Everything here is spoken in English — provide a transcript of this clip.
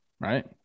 right